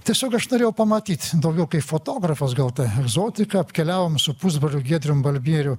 tiesiog aš norėjau pamatyt daugiau kaip fotografas gal ta egzotika apkeliavom su pusbroliu giedrium balbieriu